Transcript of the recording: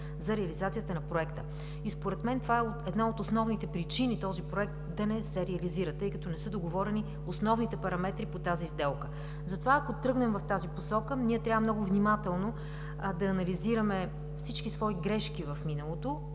за реализацията на Проекта. Според мен това е една от основните причини този Проект да не се реализира, тъй като не са договорени основните параметри по тази сделка. Затова, ако тръгнем в тази посока, ние трябва много внимателно да анализираме всички свои грешки в миналото